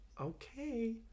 okay